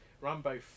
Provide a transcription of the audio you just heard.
Rambo